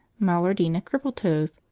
malardina crippletoes,